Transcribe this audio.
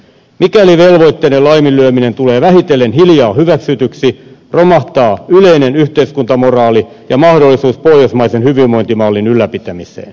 mikäli velvoitteiden laiminlyöminen tulee vähitellen hiljaa hyväksytyksi romahtaa yleinen yhteiskuntamoraali ja mahdollisuus pohjoismaisen hyvinvointimallin ylläpitämiseen